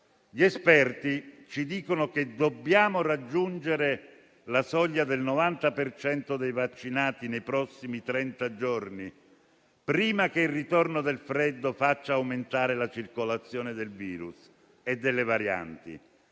Gli esperti ci dicono che dobbiamo raggiungere la soglia del 90 per cento dei vaccinati nei prossimi trenta giorni prima che il ritorno del freddo faccia aumentare la circolazione del virus e delle varianti;